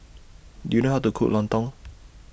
Do YOU know How to Cook Lontong